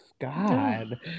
god